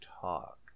talk